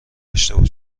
اشتباه